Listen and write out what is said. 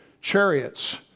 chariots